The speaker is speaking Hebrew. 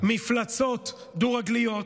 מפלצות דו-רגליות,